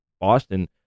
Boston